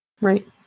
Right